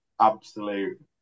absolute